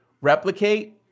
replicate